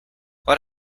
what